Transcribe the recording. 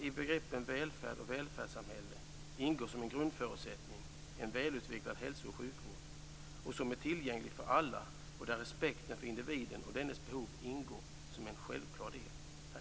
I begreppen välfärd och välfärdssamhälle ingår som en grundförutsättning en välutvecklad hälso och sjukvård som är tillgänglig för alla, där respekten för individen och dennes behov ingår som en självklar del.